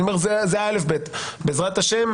בעזרת השם,